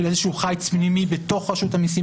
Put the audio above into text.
של איזשהו חייץ פנימי בתוך רשות המיסים,